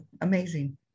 Amazing